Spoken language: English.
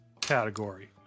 category